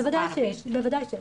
בוודאי שיש.